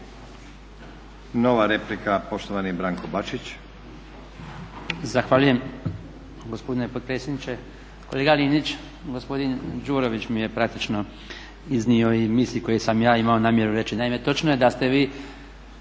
Nova replika, poštovani Branko Bačić.